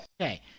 Okay